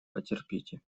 потерпите